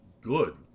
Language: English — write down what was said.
good